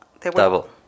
Double